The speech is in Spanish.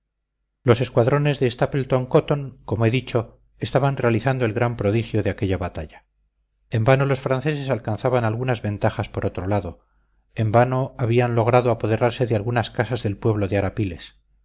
los escuadrones de stapleton cotton como he dicho estaban realizando el gran prodigio de aquella batalla en vano los franceses alcanzaban algunas ventajas por otro lado en vano habían logrado apoderarse de algunas casas del pueblo de arapiles